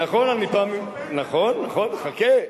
נכון, נכון, חכה.